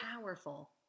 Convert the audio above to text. powerful